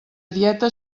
dieta